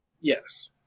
Yes